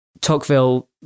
Tocqueville